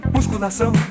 Musculação